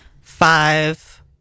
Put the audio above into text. five